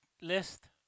list